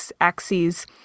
axes